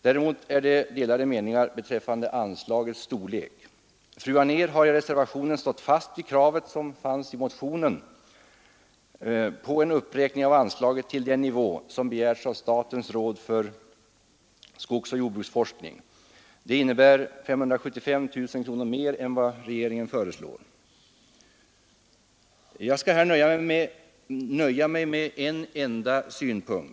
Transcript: Däremot råder det delade meningar beträffande anslagets storlek. Fru Anér har i reservationen stått fast vid motionskravet på en uppräkning av anslaget till det belopp som begärts av statens råd för skogsoch jordbruksforskning. Det innebär 575 000 kronor mer än regeringen föreslår. Jag skall här nöja mig med en enda synpunkt.